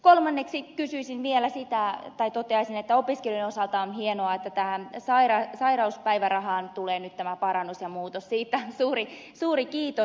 kolmanneksi toteaisin vielä että opiskelijoiden osalta on hienoa että tähän sairauspäivärahaan tulee nyt parannus ja muutos siitä suuri kiitos